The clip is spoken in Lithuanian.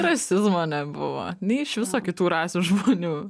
rasizmo nebuvo nei iš viso kitų rasių žmonių